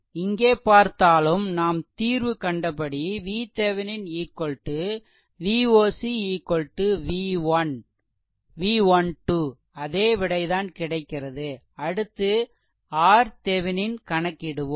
இங்கே பார்த்தாலும் நாம் தீர்வு கண்டபடி VThevenin Voc V1 2 அதே விடைதான் கிடைக்கிறது அடுத்து RThevenin கணக்கிடுவோம்